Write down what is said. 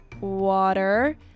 water